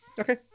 Okay